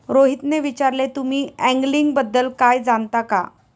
रोहितने विचारले, तुम्ही अँगलिंग बद्दल काही जाणता का?